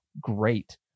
great